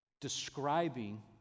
describing